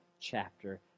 chapter